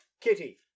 Kitty